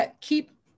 keep